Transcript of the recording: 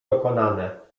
dokonane